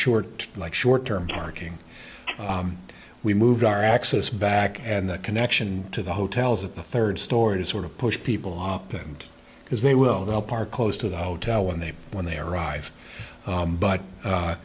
short like short term parking and we moved our access back and the connection to the hotels at the third store to sort of push people op and because they will they'll park close to the hotel when they when they arrive but